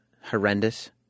horrendous